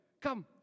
come